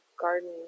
garden